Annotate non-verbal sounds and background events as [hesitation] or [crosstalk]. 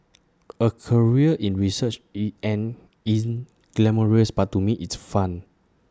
A career in research [hesitation] an in glamorous but to me it's fun